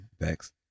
thanks